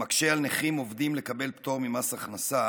המקשה על נכים עובדים לקבל פטור ממס הכנסה